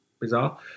Bizarre